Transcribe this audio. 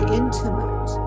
intimate